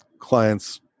clients